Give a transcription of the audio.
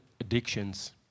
addictions